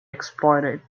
exploited